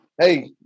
Hey